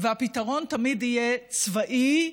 והפתרון תמיד יהיה צבאי,